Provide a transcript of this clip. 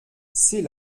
c’est